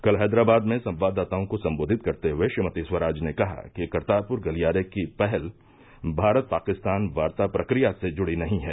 कल हैदराबाद में संवाददाताओं को संबोधित करते हुए श्रीमती स्वराज ने कहा कि करतारपुर गलियारे की पहल भारत पाकिस्तान वार्ता प्रक्रिया से जुड़ी नहीं है